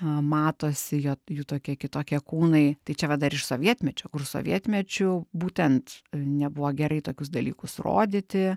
matosi jo jų tokie kitokie kūnai tai čia va dar iš sovietmečio kur sovietmečiu būtent nebuvo gerai tokius dalykus rodyti